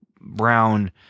brown